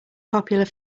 popular